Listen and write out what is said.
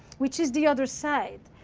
which is the other side.